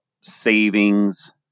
savings